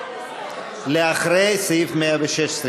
לאחרי סעיף 116,